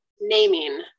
naming